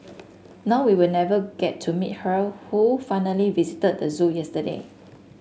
now we'll never get to meet her who finally visited the zoo yesterday